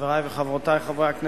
חברי וחברותי חברי הכנסת,